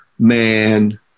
Man